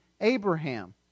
Abraham